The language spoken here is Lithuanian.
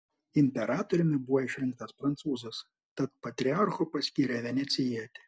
imperatoriumi buvo išrinktas prancūzas tad patriarchu paskyrė venecijietį